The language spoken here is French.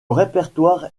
répertoire